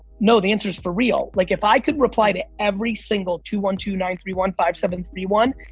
no, the answer's for real. like if i could reply to every single two one two nine three one five seven three one,